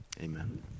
amen